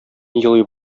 елый